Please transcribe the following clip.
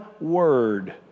word